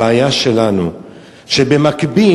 הבעיה שלנו שבמקביל,